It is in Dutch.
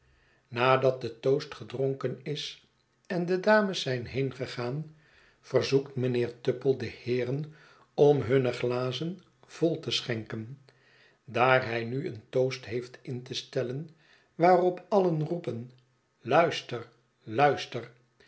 nadat de toast gedronken is en de dames zijn heengegaan verzoekt mijnheer tupple de heeren om hunne glazen volte schenken daar hij nu een toast heeft in te stellen waarop alien roepen luister luister